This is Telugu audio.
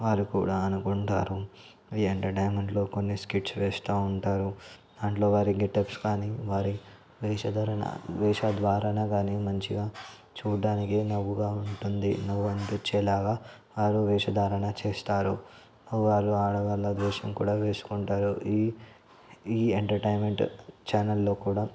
వారు కూడా అనుకుంటారు ఈ ఎంటర్టైన్మెంట్లో కొన్ని స్కిట్స్ వేస్తూ ఉంటారు దాంట్లో వారి గెటప్స్ కానీ వారి వేషధారణ వేషధారణ కానీ మంచిగా చూడటానికి నవ్వుగా ఉంటుంది నవ్వు అనిపించేలాగా వారు వేషధారణ చేస్తారు వారు ఆడవాళ్ళ వేషం కూడా వేసుకుంటారు ఈ ఈ ఎంటర్టైన్మెంట్ ఛానల్లో కూడా